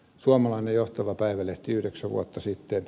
suomalainen johtava päivälehti yhdeksän vuotta sitten